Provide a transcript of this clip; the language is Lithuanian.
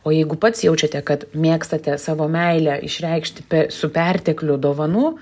o jeigu pats jaučiate kad mėgstate savo meilę išreikšti pe su pertekliu dovanų